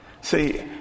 See